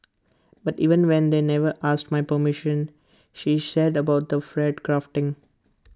but even then they never asked my permission she said about the fat grafting